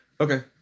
Okay